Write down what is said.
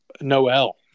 Noel